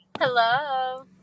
Hello